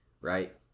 right